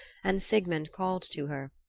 and sigmund called to her,